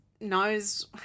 knows